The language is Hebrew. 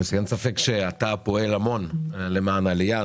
יוסי, אין ספק שאתה פועל המון למען העלייה.